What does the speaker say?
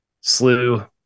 slew